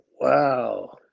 wow